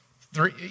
Three